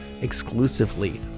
exclusively